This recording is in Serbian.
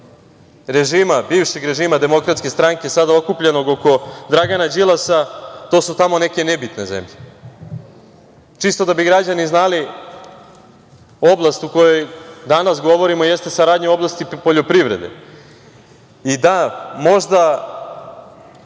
režima, bivšeg režima DS sada okupljenog oko Dragana Đilasa, to su tamo neke nebitne zemlje. Čisto da bi građani znali oblast o kojoj danas govorimo jeste saradnja u oblasti poljoprivrede. I da, možda